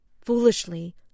Foolishly